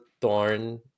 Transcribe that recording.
thorn